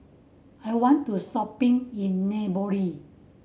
I want to go shopping in